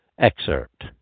excerpt